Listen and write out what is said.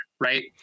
right